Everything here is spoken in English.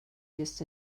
used